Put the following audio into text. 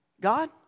God